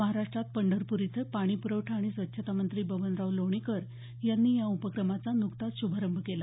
महाराष्ट्रात पंढरपूर इथे पाणीपूरवठा आणि स्वच्छता मंत्री बबनराव लोणीकर यांनी या उपक्रमाचा नुकताच शुभारंभ केला